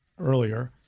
earlier